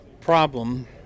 problem